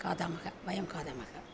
खादामः वयं खादामः